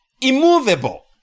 Immovable